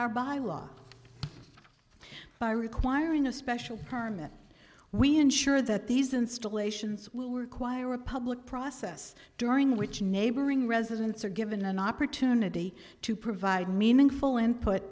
our by law by requiring a special permit we ensure that these installations are quire a public process during which neighboring residents are given an opportunity to provide meaningful input